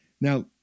Now